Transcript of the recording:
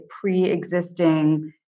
pre-existing